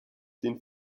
den